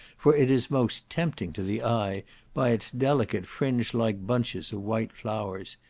for it is most tempting to the eye by its delicate fringe-like bunches of white flowers.